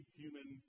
human